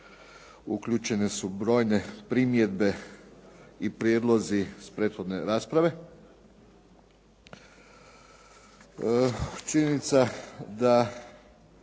uključene su brojne primjedbe i prijedlozi s prethodne rasprave. Činjenica da